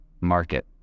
market